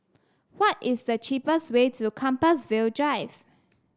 why is the cheapest way to Compassvale Drive